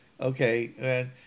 Okay